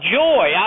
joy